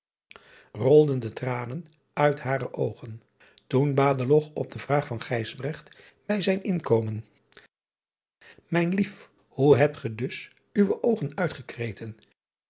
rolden groote tranen uit hare oogen oen adeloch op de vraag van ijsbrecht bij zijn inkomen ijn lief hoe hebtge dus uwe oogen uitgekreten